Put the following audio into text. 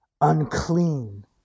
unclean